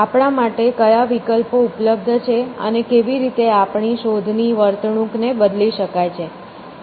આપણા માટે કયા વિકલ્પો ઉપલબ્ધ છે અને કેવી રીતે આપણી શોધની વર્તણૂકને બદલી શકાય છે